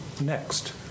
next